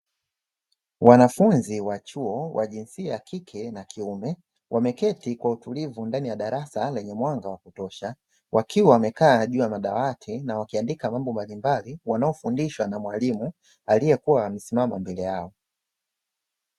Wanafunzi wa chuo wa jinsia ya kike na kiume wameketi kwa utulivu ndani ya darasa lenye mwanga wa kutosha wakiwa wamekaa juu ya madawati wakiandika mambo mbalimbali wanayofundishwa na mwalimu aliyekua amesimama mbele yao.